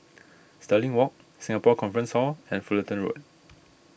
Stirling Walk Singapore Conference Hall and Fullerton Road